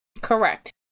Correct